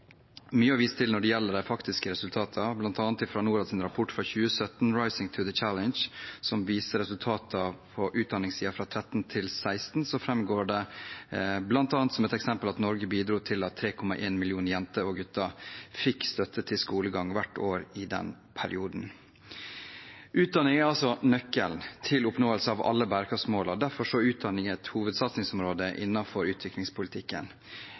mye å vise til når det gjelder de faktiske resultatene, bl.a. Norads rapport fra 2017, Rising to the challenge, som viser resultater på utdanningssiden fra 2013 til 2016. Der framgår det bl.a. som et eksempel at Norge bidro til at 3,1 millioner jenter og gutter fikk støtte til skolegang hvert år i den perioden. Utdanning er altså nøkkelen til oppnåelse av alle bærekraftsmålene. Derfor er utdanning et hovedsatsingsområde innenfor utviklingspolitikken.